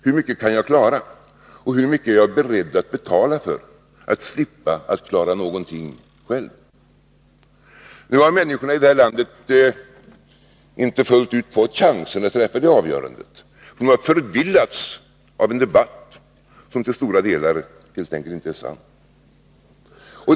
Hur mycket kan jag klara, och hur mycket är jag beredd att betala för att slippa klara någonting själv? Nu har människorna i det här landet inte fullt ut fått chansen att träffa det avgörandet. De har förvillats av en debatt som till stora delar helt enkelt inte är sann.